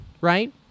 right